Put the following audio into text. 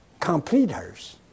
completers